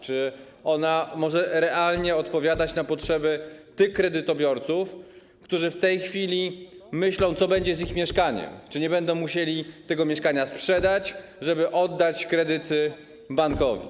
Czy ona może realnie odpowiadać na potrzeby tych kredytobiorców, którzy w tej chwili myślą, co będzie z ich mieszkaniem, czy nie będą musieli tego mieszkania sprzedać, żeby oddać kredytu bankowi?